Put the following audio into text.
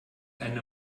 eine